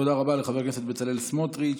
תודה רבה לחבר הכנסת בצלאל סמוטריץ'.